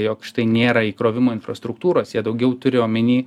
jog štai nėra įkrovimo infrastruktūros jie daugiau turi omeny